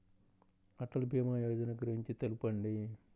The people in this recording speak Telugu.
అటల్ భీమా యోజన గురించి తెలుపండి?